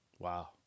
Wow